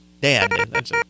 dad